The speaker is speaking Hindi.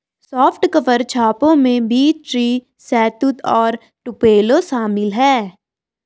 सॉफ्ट कवर छापों में बीच ट्री, शहतूत और टुपेलो शामिल है